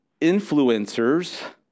influencers